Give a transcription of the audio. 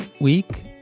week